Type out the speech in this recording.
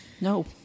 no